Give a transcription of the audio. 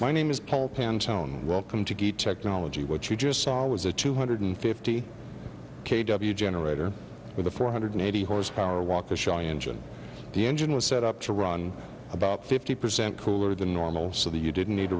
my name is paul pantalone welcome to good technology what you just saw was a two hundred fifty k w generator with a four hundred eighty horsepower walk a shy engine the engine was set up to run about fifty percent cooler than normal so that you didn't need a